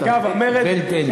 built in.